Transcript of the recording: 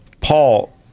Paul